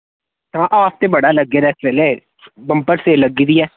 हां आफ ते बड़ा लग्गे दा इस बेल्लै बंपर सेल लग्गी दी ऐ